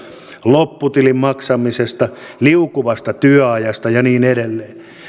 lopputilin maksamisesta liukuvasta työajasta ja niin edelleen